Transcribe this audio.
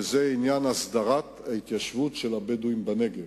עניין הסדרת ההתיישבות של הבדואים בנגב,